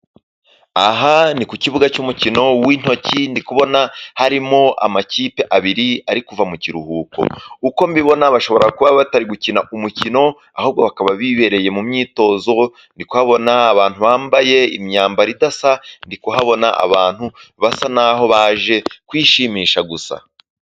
Aha ni ku kibuga cy'umukino w'intoki. Ndi kubona harimo amakipe abiri ari kuva mu kiruhuko. Uko mbibona bashobora kuba batari gukina umukino, ahubwo bakaba bibereye mu myitozo. Ndi kuhabona abantu bambaye imyambaro idasa, ndi kuhabona abantu basa naho baje kwishimisha gusa.